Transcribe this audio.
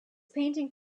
painting